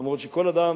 אף שכל אדם